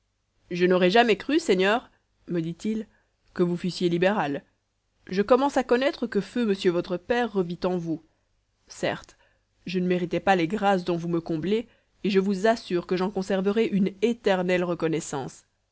je n'aurais jamais cru seigneur me dit-il que vous fussiez libéral je commence à connaître que feu monsieur votre père revit en vous certes je ne méritais pas les grâces dont vous me comblez et je vous assure que j'en conserverai une éternelle reconnaissance